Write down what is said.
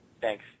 thanks